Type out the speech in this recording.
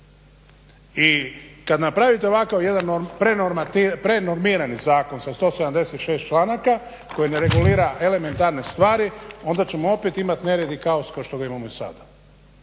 I kad napravite ovakav jedan prenormirani zakon sa 176 članaka koji ne regulira elementarne stvari onda ćemo opet imati nered i kaos kao što ga imamo i sada.